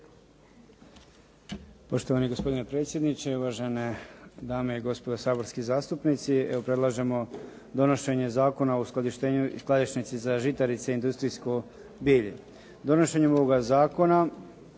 Poštovani gospodine predsjedniče, uvažene dame i gospodo saborski zastupnici. Predlažemo donošenje Zakona o uskladištenju i skladišnici za žitarice i industrijsko bilje. Donošenjem ovoga zakona